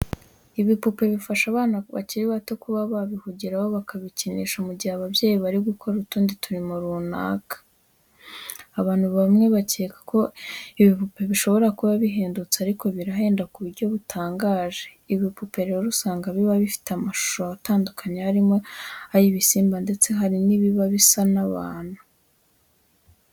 Ibipupe bifasha abana bakiri bato kuba babihugiraho, bakabikinisha mu gihe ababyeyi bari gukora utundi turimo runaka. Abantu bamwe bakeka ko ibipupe bishobora kuba bihendutse ariko birahenda ku buryo butangaje. Ibipupe rero usanga biba bifite amashusho atandukanye harimo ay'ibisimba ndetse hari n'ibiba bisa n'abantu.